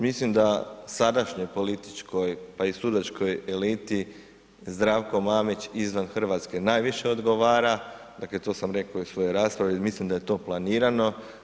Mislim da sadašnjoj političkoj, pa i sudačkoj eliti Zdravko Mamić izvan Hrvatske najviše odgovara, dakle to sam rekao i u svojoj raspravi, mislim da je to planirano.